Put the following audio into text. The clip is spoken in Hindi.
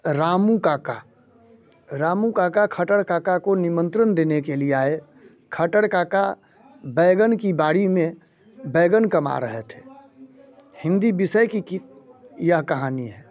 रामू काका रामू काका खटर काका को निमंत्रण देने के लिए आए खटर काका बैगन की बारी में बैगन कमा रहे थे हिंदी विषय की की यह कहानी है